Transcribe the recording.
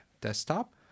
desktop